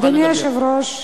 אדוני היושב-ראש,